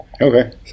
Okay